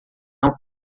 não